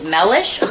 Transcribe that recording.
Mellish